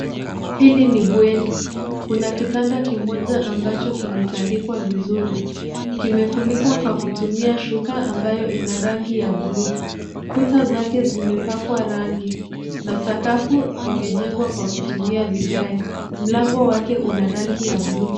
Hili ni bweni. Kuna kitanda kimoja ambacho kimetandikwa vizuri .Kimefunikwa kwa kutumia shuka ambayo ina rangi ya buluu. Kuta zake zimepakwa rangi na sakafu imejengwa kwa kutumia vigae. Mlango wake una rangi ya buluu.